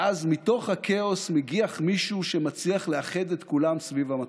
ואז מתוך הכאוס מגיח מישהו שמצליח לאחד את כולם סביב המטרה.